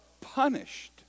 punished